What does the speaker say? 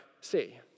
see